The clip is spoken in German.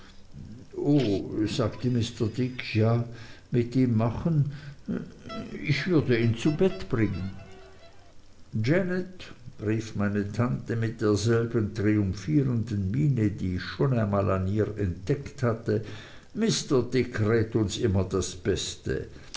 o sagte mr dick ja mit ihm machen ich würde ihn zu bett bringen janet rief meine tante mit derselben triumphierenden miene die ich schon einmal an ihr entdeckt hatte mr dick rät uns immer das beste